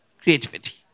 creativity